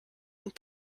und